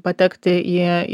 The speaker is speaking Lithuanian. patekti į